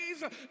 days